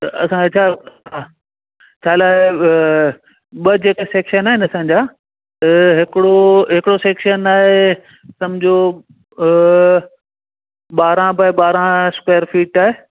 त असां छा हा छा लाइ ॿ जेके सेक्शन आहिनि असांजा हिकिड़ो हिकिड़ो सेक्शन आहे सम्झो ॿारहं बाए ॿारहं स्क्वेर फीट आहे